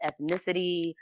ethnicity